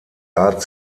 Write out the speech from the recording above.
art